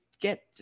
get